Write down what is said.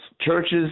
churches